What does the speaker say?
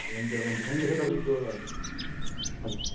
हुन्छ हुन्छ thank you sir तपाईँको हजुर हजुर